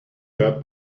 dirt